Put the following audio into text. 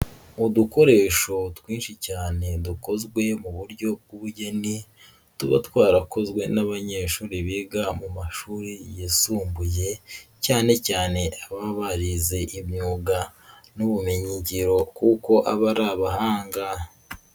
Udukoresho twinshi cyane dukozwe mu buryo bw'ubugeni, tuba twarakozwe n'abanyeshuri biga mu mashuri yisumbuye, cyane cyane ababa barize imyuga n'ubumenyingiro kuko aba ari abahanga.